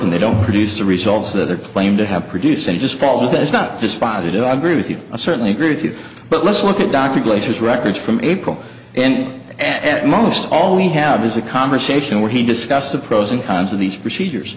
and they don't produce the results that are claimed to have produced and just false that's not dispositive i agree with you i certainly agree with you but let's look at dr glaser's records from april and at most all we have is a conversation where he discussed the pros and cons of these procedures